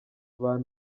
rero